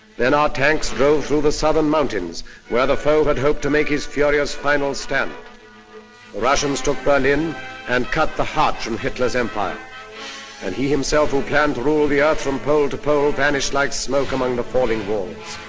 then our tanks drove through the southern mountains where the foe had hoped to make his furious final stand. the ah russians took berlin and cut the heart from hitler's empire and he himself who planned to rule the earth from pole to pole vanished like smoke among the falling walls.